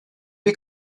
bir